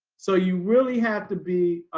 so you really have to be